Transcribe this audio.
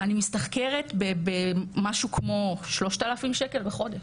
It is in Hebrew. אני משתכרת במשהו כמו 3,000 ₪ בחודש.